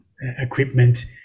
equipment